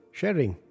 sharing